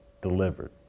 delivered